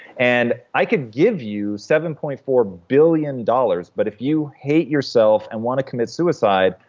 and i could give you seven point four billion dollars, but if you hate yourself and want to commit suicide,